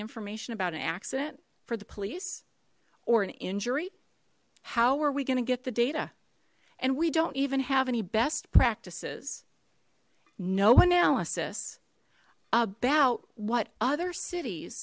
information about an accident for the police or an injury how are we going to get the data and we don't even have any best practices no analysis about what other cities